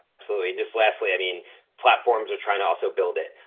absolutely. and just lastly, i mean platforms are tryna also build it.